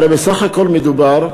הרי בסך הכול מדובר,